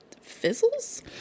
fizzles